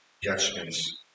judgments